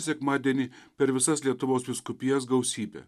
sekmadienį per visas lietuvos vyskupijas gausybę